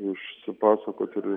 išsipasakoti ir